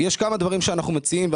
יש כמה דברים שאנחנו מציעים,